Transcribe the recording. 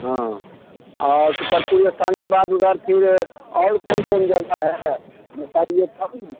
हाँ और तो करपुरी स्थान के बाद उधर फिर और कौन कौन जगह है बताएँगे तब ना